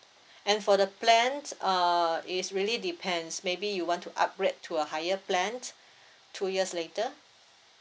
and for the plan uh it's really depends maybe you want to upgrade to a higher plan two years later